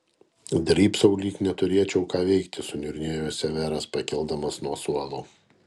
drybsau lyg neturėčiau ką veikti suniurnėjo severas pakildamas nuo suolo